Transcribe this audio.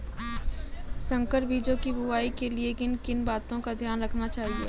संकर बीजों की बुआई के लिए किन किन बातों का ध्यान रखना चाहिए?